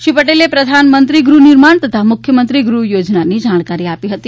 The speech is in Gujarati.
શ્રી પટેલે પ્રધાનમંત્રી ગૃહનિર્માણ તથા મુખ્યમંત્રી ગૃહ યોજનાની જાણકારી આપી હતી